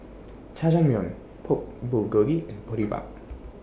Jajangmyeon Pork Bulgogi and Boribap